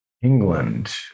England